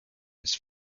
its